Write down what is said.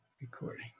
recording